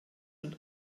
und